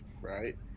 right